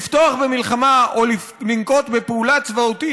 לפתוח במלחמה או לנקוט פעולה צבאית